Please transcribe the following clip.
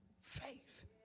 faith